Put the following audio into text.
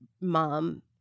mom